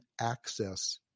access